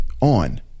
on